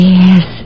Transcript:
yes